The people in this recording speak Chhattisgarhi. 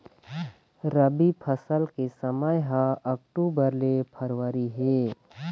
रबी फसल के समय ह अक्टूबर ले फरवरी हे